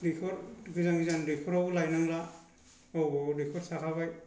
दैखर गोजान गोजान दैखराव लायनांला गावबा गाव दैखर थाखाबाय